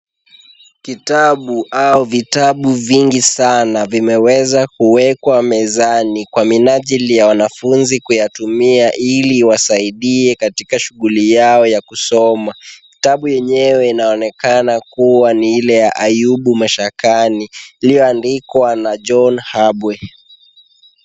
Kitabu au vitabu vingi sana vimeweza kuwekwa mezani kwa minajili ya wanafunzi kuyatumia ili iwasaidie katika shughuli yao ya kusoma, kitabu yenyewe inaonekana kuwa ni ile ya Ayubu Mashakani, iliyoandikwa na John Habwe.